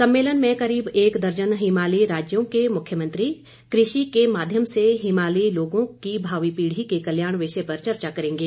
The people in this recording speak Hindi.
सम्मेलन में करीब एक दर्जन हिमालयी राज्यों के मुख्यमंत्री कृषि के माध्यम से हिमालयी लोगों की भावी पीढ़ी के कल्याण विषय पर चर्चा करेंगे